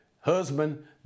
husband